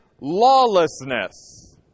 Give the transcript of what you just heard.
lawlessness